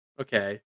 okay